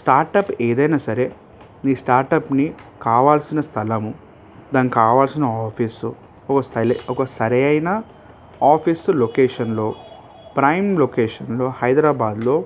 startup ఏదైనా సరే ఈ స్టార్ట్అప్ని కావాల్సిన స్థలము దానికి కావాల్సిన ఆఫీసు ఓ స్థలం ఒక సరైన ఆఫీస్ లొకేషన్లో ప్రైమ్ లొకేషన్లో హైదరాబాదులో